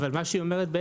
זה מה שהיא אומרת.